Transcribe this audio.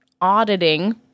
auditing